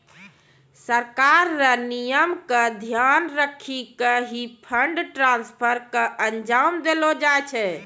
सरकार र नियम क ध्यान रखी क ही फंड ट्रांसफर क अंजाम देलो जाय छै